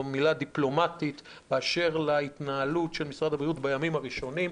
מילה דיפלומטית באשר להתנהלות של משרד הבריאות בימים הראשונים.